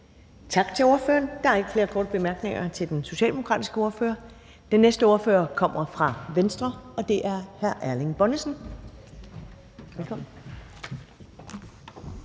Tak til ordføreren. Der er ikke flere korte bemærkninger til den socialdemokratiske ordfører. Den næste ordfører kommer fra Venstre, og det er hr. Erling Bonnesen. Velkommen.